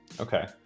Okay